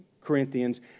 Corinthians